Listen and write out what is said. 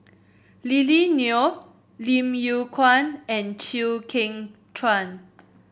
Lily Neo Lim Yew Kuan and Chew Kheng Chuan